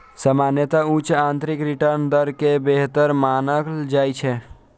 सामान्यतः उच्च आंतरिक रिटर्न दर कें बेहतर मानल जाइ छै